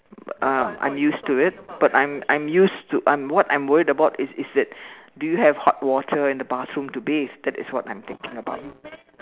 um I'm used to it but I'm I'm I'm used to I'm what I'm worried about is is that do you have hot water in the bathroom to bathe that is what I'm thinking about